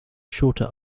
shorter